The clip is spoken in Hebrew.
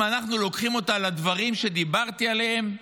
אם אנחנו לוקחים אותה לדברים שדיברתי עליהם,